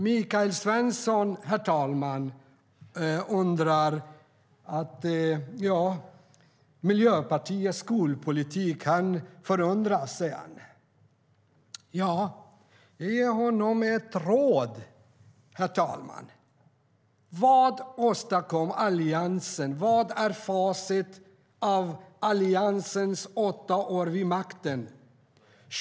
Michael Svensson förundras över Miljöpartiets skolpolitik, men vad åstadkom Alliansen under sina åtta år vid makten?